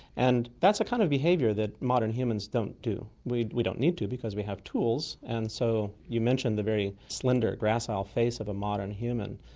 and that's the kind of behaviour that modern humans don't do. we we don't need to because we have tools. and so you mention the very slender gracile face of a modern human,